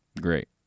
great